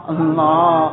Allah